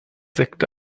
sekte